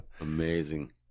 amazing